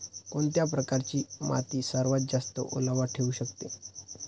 कोणत्या प्रकारची माती सर्वात जास्त ओलावा ठेवू शकते?